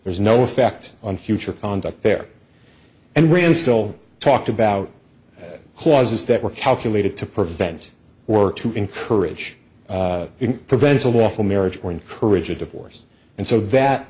there's no effect on future conduct there and really still talked about that clauses that were calculated to prevent or to encourage prevent a lawful marriage or encourage a divorce and so that